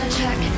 check